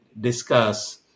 discuss